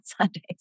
Sundays